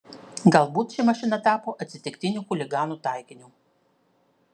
galbūt ši mašina tapo atsitiktiniu chuliganų taikiniu